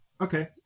Okay